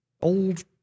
old